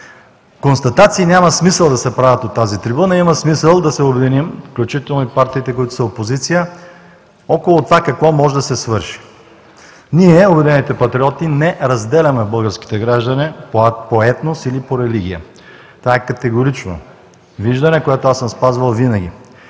Констатации няма смисъл да се правят от тази трибуна, а има смисъл да се обединим, включително и партиите, които са в опозиция, около това какво може да се свърши. Ние, „Обединените патриоти“, не разделяме българските граждани по етнос или по религия – това е категорично виждане, което съм спазвал винаги,